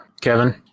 Kevin